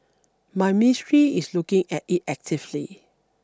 my Ministry is looking at it actively